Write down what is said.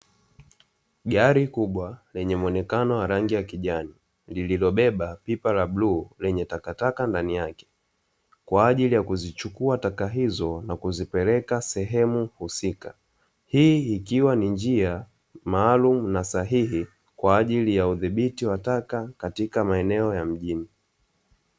Gari kuwba lenye muonekano wa rangi ya kijani, lililobeba pia la bluu lenye takataka ndani yake; kwa ajili ya kuzichukua taka hizo na kuzipeleka sehemu husika. Hii ikiwa ni njia maalumu na sahihi kwa ajili ya udhibiti wa taka katika maeneo ya mjini.